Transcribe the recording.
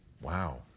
Wow